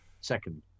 second